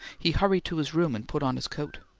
he hurried to his room, and put on his coat.